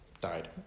died